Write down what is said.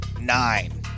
nine